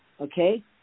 okay